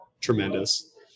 tremendous